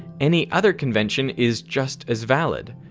any other convention is just as valid,